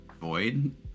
void